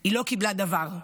היא לא קיבלה דבר.